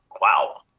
wow